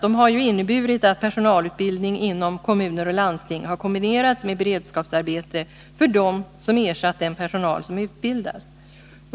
De har ju inneburit att personalutbildning inom kommuner och landsting har kombinerats med beredskapsarbete för dem som ersatt den personal som utbildas.